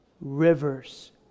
rivers